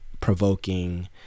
provoking